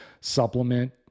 supplement